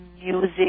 music